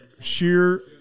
sheer